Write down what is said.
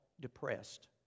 depressed